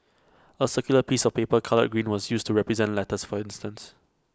A circular piece of paper coloured green was used to represent lettuce for instance